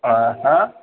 ആഹാ